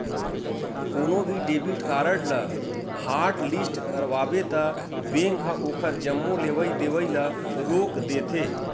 कोनो भी debit card ल हॉटलिस्ट करवाबे त बेंक ह ओखर जम्मो लेवइ देवइ ल रोक देथे